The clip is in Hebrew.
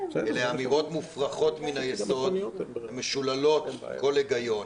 הן אמירות מופרכות מן היסוד ומשוללות כל היגיון.